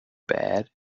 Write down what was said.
bad